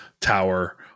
tower